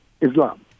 Islam